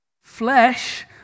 Flesh